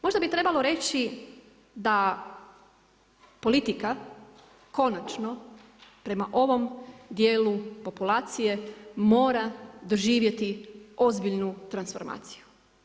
Možda bi trebalo reći da politika konačno prema ovom dijelu populacije mora doživjeti ozbiljnu transformaciju.